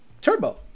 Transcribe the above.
turbo